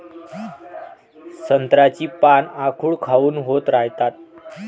संत्र्याची पान आखूड काऊन होत रायतात?